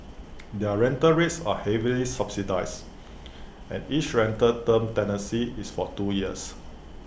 their rental rates are heavily subsidised and each rental term tenancy is for two years